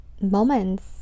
moments